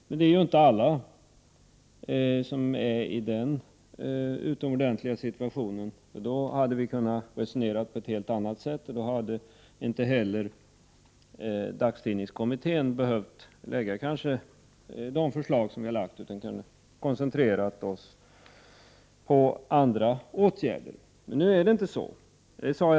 Men det är ju inte alla tidningar som befinner sig i den situationen. I så fall hade vi kunnat resonera på ett helt annat sätt, och då kanske vi i dagstidningskommittén inte hade behövt lägga fram våra förslag utan i stället hade kunnat koncentrera oss på annat. Men nu är det inte på det sättet.